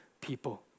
people